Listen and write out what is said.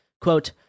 Quote